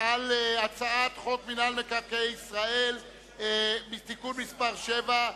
על הצעת חוק מינהל מקרקעי ישראל (תיקון מס' 7),